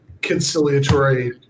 Conciliatory